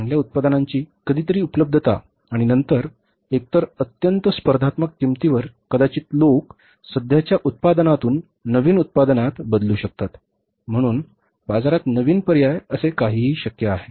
चांगल्या उत्पादनांची कधीतरी उपलब्धता आणि नंतर एकतर अत्यंत स्पर्धात्मक किंमतीवर कदाचित लोक सध्याच्या उत्पादनातून नवीन उत्पादनात बदलू शकतात म्हणून बाजारात नवीन पर्याय असे काहीही शक्य आहे